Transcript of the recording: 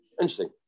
Interesting